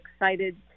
excited